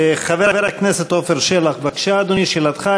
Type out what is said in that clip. חבר הכנסת עפר שלח, בבקשה, אדוני, שאלתך.